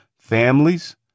families